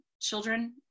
children